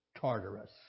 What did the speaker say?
Tartarus